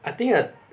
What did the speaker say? I think the